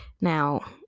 now